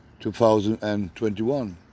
2021